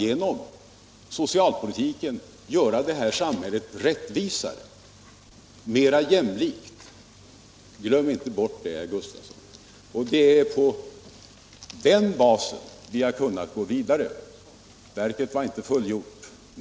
Genom socialpolitiken har vi kunnat göra det här samhället rättvisare och mera jämlikt — glöm inte bort det, herr Gustavsson. Det är på den basen vi har kunnat gå vidare.